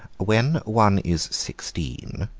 when one is sixteen,